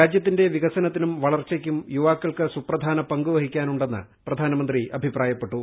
രാജ്യത്തിന്റെ വികസനത്തിനും വളർച്ചയ്ക്കും യുവാക്കൾക്ക് സുപ്രധാന പങ്ക് വഹിക്കാനുന്നെ് പ്രധാനമന്ത്രി അഭിപ്രായപ്പെട്ടു